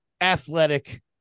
athletic